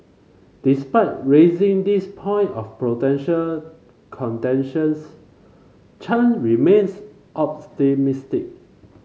despite raising these point of potential contentions Chan remains